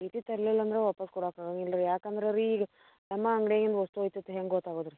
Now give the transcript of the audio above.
ಚೀಟಿ ತರ್ಲಿಲ್ಲ ಅಂದರೆ ವಾಪಸ್ಸು ಕೊಡಕ್ಕೆ ಆಗಂಗಿಲ್ಲ ರೀ ಯಾಕಂದ್ರೆ ರೀ ಈಗ ನಮ್ಮ ಅಂಗ್ಡಿಯಾಗಿಂದು ವಸ್ತು ಐತೆ ಅಂತ ಹೆಂಗೆ ಗೊತ್ತಾಗುದು ರೀ